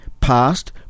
past